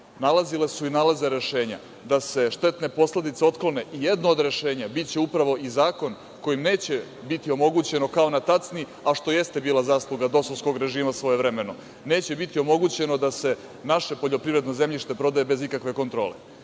nalazile su i nalaze rešenja da se štetne posledice otklone i jedno od rešenja biće upravo i zakon kojim neće biti omogućeno kao na tacni, a što jeste bila zasluga dosovskog režima svojevremeno. Neće biti omogućeno da se naše poljoprivredno zemljište prodaje bez ikakve kontrole.